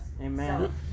amen